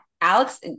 Alex